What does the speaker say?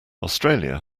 australia